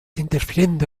interfiriendo